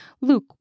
Luke